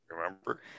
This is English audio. remember